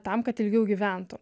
tam kad ilgiau gyventų